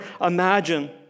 imagine